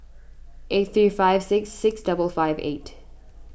eight three five six six double five eight